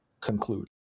conclude